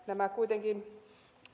nämä